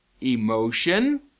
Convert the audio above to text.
emotion